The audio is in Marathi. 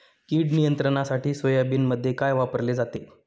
कीड नियंत्रणासाठी सोयाबीनमध्ये काय वापरले जाते?